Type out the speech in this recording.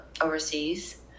overseas